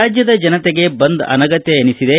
ರಾಜ್ಯದ ಜನತೆಗೆ ಬಂದ್ ಅನಗತ್ನ ಎನಿಸಿದೆ